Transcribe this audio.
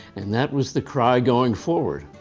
and that was the cry going forward.